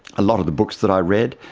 a lot of the books that i read,